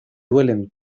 duelen